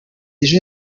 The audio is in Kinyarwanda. ejo